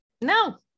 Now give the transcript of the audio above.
no